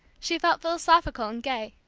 she felt philosophical and gay.